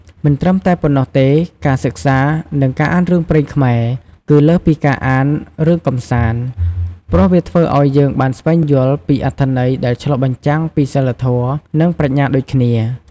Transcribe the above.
មិនត្រឹមតែប៉ុណ្ណោះទេ ការសិក្សា និងអានរឿងព្រេងខ្មែរ គឺលើសពីការអានរឿងកម្សាន្ត ព្រោះវាធ្វើឲ្យយើងបានស្វែងយល់ពីអត្ថន័យដែលឆ្លុះបញ្ចាំងពីសីលធម៌ និងប្រាជ្ញាដូចគ្នា។